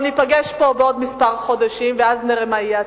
ניפגש פה בעוד חודשים מספר ואז נראה מה תהיה התשובה,